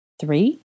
Three